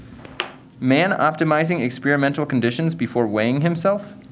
man optimizing experimental conditions before weighing himself.